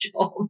job